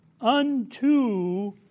unto